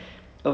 mm